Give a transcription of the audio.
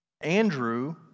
Andrew